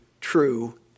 true